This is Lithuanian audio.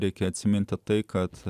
reikia atsiminti tai kad